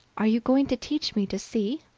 are you going to teach me to see?